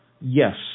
Yes